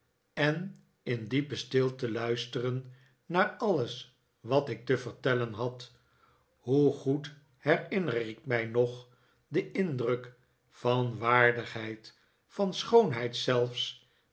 en in diepe stilte luisteren naar alles wat ik te vertellen had hoe goed herinner ik mij nog den indruk van waardigheid van schoonheid zelfs